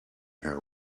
her